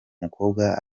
mukobwa